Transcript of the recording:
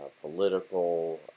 political